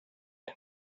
and